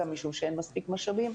גם משום שאין מספיק משאבים,